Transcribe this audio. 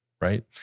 right